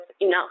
enough